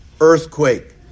earthquake